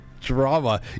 drama